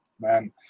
Man